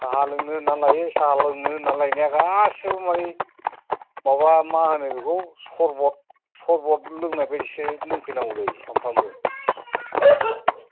साहा लोंनो होन्नानै लाइयो साहा लोंनो होन्नानै लायनाया गासिबो मानि माबा मा होनो बेखौ सरभट सरभट लोंनाय बादिसो लोंफैनागौ जायो सानफ्रोमबो